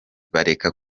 bareka